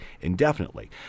indefinitely